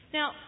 Now